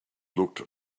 looked